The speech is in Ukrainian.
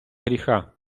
гріха